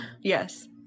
Yes